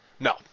No